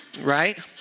right